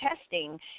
testing